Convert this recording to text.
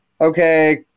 Okay